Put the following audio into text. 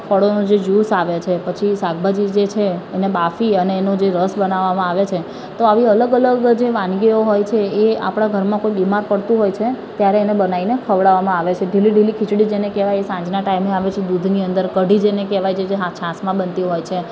ફળોનું જે જ્યુસ આવે છે પછી શાકભાજી જે છે એને બાફી અને એનો જે રસ બનાવવામાં આવે છે તો આવી અલગ અલગ જે વાનગીઓ હોય છે એ આપણા ઘરમાં કોઈ બીમાર પડતું હોય છે ત્યારે એને બનાવીને ખવડાવવામાં આવે છે ઢીલી ઢીલી ખીચડી જેને કહેવાય સાંજના ટાઈમે આપે છે દૂધની અંદર કઢી જેને કહેવાય જે જે છાશમાં બનતી હોય છે